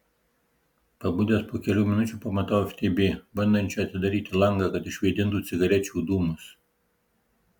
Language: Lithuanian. pabudęs po kelių minučių pamatau ftb bandančią atidaryti langą kad išvėdintų cigarečių dūmus